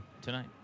tonight